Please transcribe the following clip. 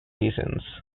seasons